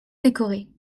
décorées